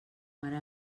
mare